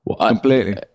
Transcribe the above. Completely